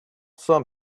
some